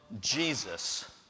Jesus